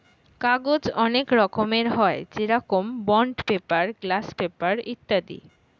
কাগজ অনেক রকমের হয়, যেরকম বন্ড পেপার, গ্লাস পেপার ইত্যাদি